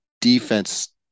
defense